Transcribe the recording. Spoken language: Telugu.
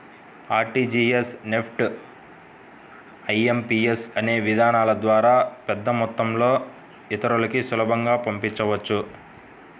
ఆర్టీజీయస్, నెఫ్ట్, ఐ.ఎం.పీ.యస్ అనే విధానాల ద్వారా డబ్బుని పెద్దమొత్తంలో ఇతరులకి సులభంగా పంపించవచ్చు